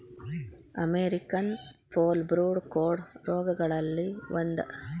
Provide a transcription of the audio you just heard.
American foulbrood ಕೋಡ ರೋಗಗಳಲ್ಲಿ ಒಂದ